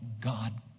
God